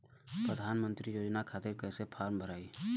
प्रधानमंत्री योजना खातिर कैसे फार्म भराई?